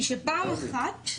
היא שפעם אחת,